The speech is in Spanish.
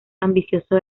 ambicioso